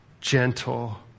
gentle